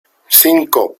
cinco